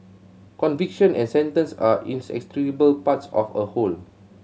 conviction and sentence are inextricable parts of a whole